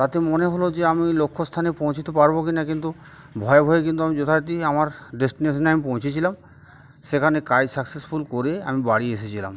তাতে মনে হলো যে আমি লক্ষ্যস্থানে পৌঁছতে পারবো কিনা কিন্তু ভয়ে ভয়ে কিন্তু আমি যথার্থই আমার ডেস্টিনেশনে আমি পৌঁছেছিলাম সেখানে কাজ সাকসেসফুল করে আমি বাড়ি এসেছিলাম